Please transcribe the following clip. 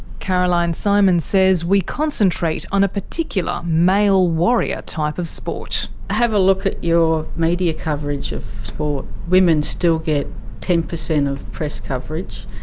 caroline symons so um and says we concentrate on a particular male warrior type of sport. have a look at your media coverage of sport women still get ten percent of press coverage,